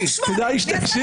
טלי, כדאי שתקשיבו.